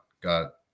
got